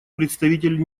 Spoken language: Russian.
представитель